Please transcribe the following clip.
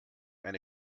eine